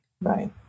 Right